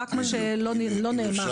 רק מה שלא נאמר.